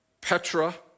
Petra